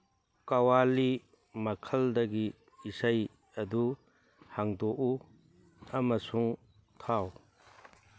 ꯀꯋꯥꯂꯤ ꯃꯈꯜꯗꯒꯤ ꯏꯁꯩ ꯑꯗꯨ ꯍꯥꯡꯗꯣꯛꯎ ꯑꯃꯁꯨꯡ ꯊꯥꯎ